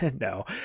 No